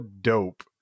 dope